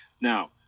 Now